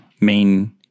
main